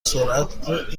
سرعت